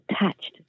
attached